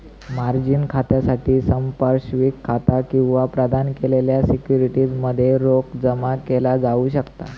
margin खात्यासाठी संपार्श्विक खाता किंवा प्रदान केलेल्या सिक्युरिटीज मध्ये रोख जमा केला जाऊ शकता